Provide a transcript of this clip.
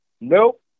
nope